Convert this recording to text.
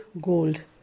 gold